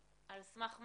על סמך מה?